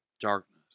darkness